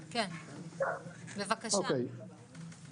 2020. זה בעצם מסיים את הקאפ הקודם כפי שהיה,